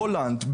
הולנד,